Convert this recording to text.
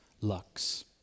lux